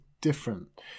different